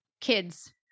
kids